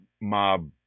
mob